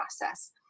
process